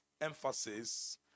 emphasis